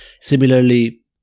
similarly